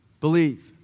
Believe